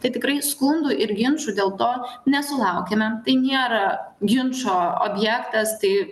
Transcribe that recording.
tai tikrai skundų ir ginčų dėl to nesulaukiame tai nėra ginčo objektas tai